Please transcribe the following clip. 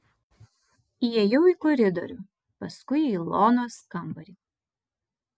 įėjau į koridorių paskui į ilonos kambarį